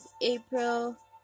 April